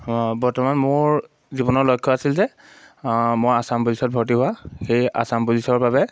বৰ্তমান মোৰ জীৱনৰ লক্ষ্য আছিল যে মই আসাম পুলিচত ভৰ্তি হোৱা সেয়ে আসাম পুলিছৰ বাবে